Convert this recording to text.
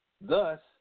Thus